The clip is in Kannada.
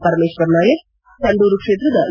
ಪರಮೇಶ್ವರ್ ನಾಯಕ್ ಸಂಡೂರು ಕ್ಷೇತ್ರದ ಇ